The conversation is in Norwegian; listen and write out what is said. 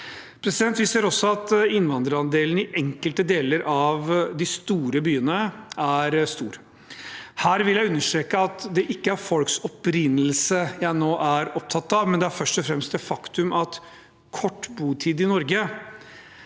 Vi ser også at innvandrerandelen i enkelte deler av de store byene er stor. Her vil jeg understreke at det ikke er folks opprinnelse jeg nå er opptatt av, men først og fremst det faktum at de som har kort botid i Norge,